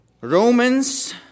Romans